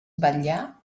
vetllar